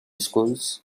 schools